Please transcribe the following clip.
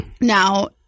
now